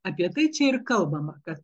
apie tai čia ir kalbama kad